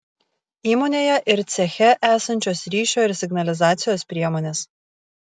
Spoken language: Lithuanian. įmonėje ir ceche esančios ryšio ir signalizacijos priemonės